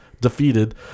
defeated